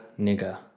nigger